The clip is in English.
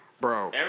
Bro